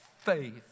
faith